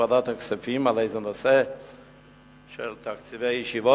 בוועדת הכספים על איזה נושא של תקציבי ישיבות,